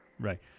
Right